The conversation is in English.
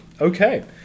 Okay